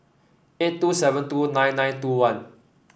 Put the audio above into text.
eight two seven two nine nine two one